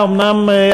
להצביע.